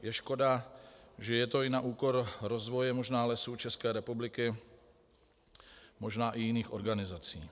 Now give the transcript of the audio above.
Je škoda, že je to i na úkor rozvoje možná Lesů České republiky, možná i jiných organizací.